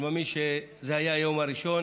אני מאמין שזה היה היום הראשון,